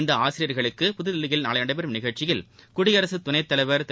இந்த ஆசிரியர்களுக்கு புதுதில்லியில் நாளை நடைபெறும் நிகழ்ச்சியில் குடியரகத் துணைத்தலைவர் திரு